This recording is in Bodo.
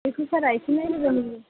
बेखौ सारा एसे नायफैबा मोजां जागौमोन